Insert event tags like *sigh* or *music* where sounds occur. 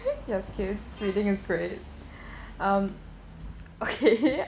*laughs* yes okay reading is okay um okay *laughs*